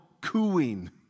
cooing